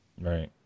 right